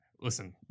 listen